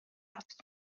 رفت